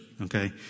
Okay